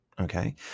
okay